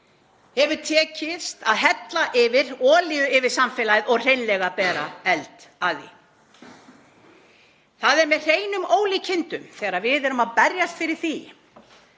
hefur tekist að hella olíu yfir samfélagið og hreinlega bera eld að því. Það er með hreinum ólíkindum þegar við erum að berjast fyrir því